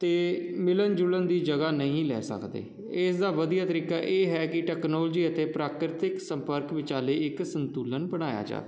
ਅਤੇ ਮਿਲਣ ਜੁਲਣ ਦੀ ਜਗ੍ਹਾ ਨਹੀਂ ਲੈ ਸਕਦੇ ਇਸ ਦਾ ਵਧੀਆ ਤਰੀਕਾ ਇਹ ਹੈ ਕਿ ਟੈਕਨੋਲਜੀ ਅਤੇ ਪ੍ਰਾਕ੍ਰਿਤਿਕ ਸੰਪਰਕ ਵਿਚਾਲੇ ਇੱਕ ਸੰਤੁਲਨ ਬਣਾਇਆ ਜਾਵੇ